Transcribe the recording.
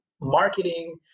marketing